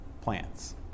plants